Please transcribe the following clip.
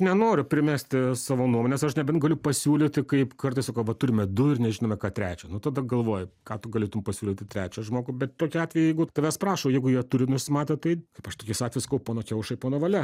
nenoriu primesti savo nuomonės aš nebent galiu pasiūlyti kaip kartais sakau va turime du ir nežinome ką trečią nu tada galvoji ką tu galėtum pasiūlyti trečią žmogų bet tokiu atveju jeigu tavęs prašo jeigu jie turi nusimatę tai kaip aš tokiais atvejais sakau pono kiaušai pono valia